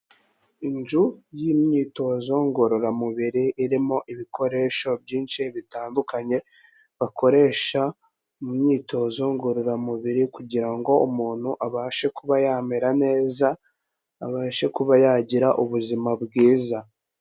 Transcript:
Inzu y'imyitozo ngororamubiri irimo ibikoresho byinshi bitandukanye bakoresha mu myitozo ngororamubiri kugira ngo umuntu abashe kuba yamera neza, abashe kuba yagira ubuzima bwiza.